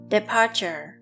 Departure